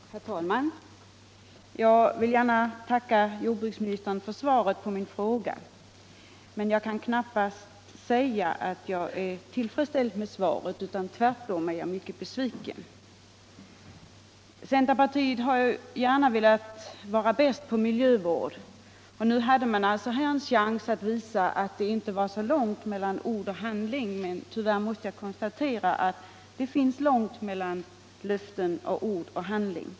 Herr talman! Jag vill gärna tacka jordbruksministern för svaret på min fråga, men jag kan knappast säga att jag är tillfredsställd med svaret. Tvärtom är jag mycket besviken. Centerpartiet har gärna velat vara bäst på miljövård, och nu hade man en chans att visa att det inte är så långt mellan ord och handling, men tyvärr måste jag konstatera att det är långt mellan löftena och deras förverkligande.